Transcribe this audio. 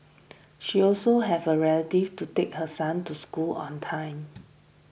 she also have a relative to take her son to school on time